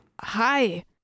Hi